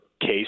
case